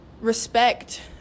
respect